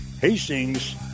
Hastings